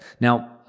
Now